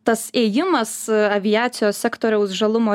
tas ėjimas aviacijos sektoriaus žalumo